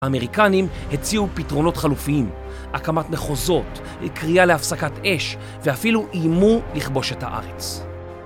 האמריקנים הציעו פתרונות חלופיים, הקמת מחוזות, קריאה להפסקת אש, ואפילו אימו לכבוש את הארץ.